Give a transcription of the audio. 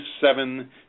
seven